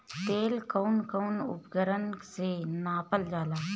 तेल कउन कउन उपकरण से नापल जाला?